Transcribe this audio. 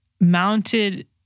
mounted